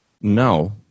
No